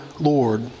Lord